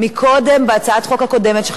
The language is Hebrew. בהצעת החוק הקודמת של חבר הכנסת יצחק